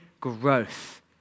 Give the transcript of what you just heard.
growth